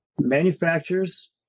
manufacturers